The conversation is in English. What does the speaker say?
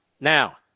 Now